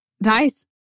Nice